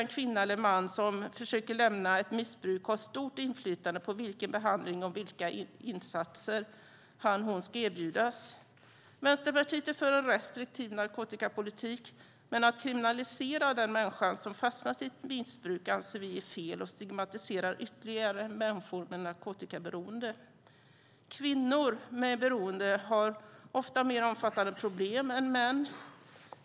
En kvinna eller man som försöker lämna ett missbruk ska självfallet ha ett stort inflytande på vilken behandling och vilka insatser som ska erbjudas. Vänsterpartiet är för en restriktiv narkotikapolitik, men vi anser att det är fel att kriminalisera den människa som har fastnat i ett missbruk. Det stigmatiserar ytterligare människor med narkotikaberoende. Kvinnor med beroende har ofta mer omfattande problem än män.